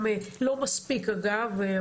לא מספיק אגב.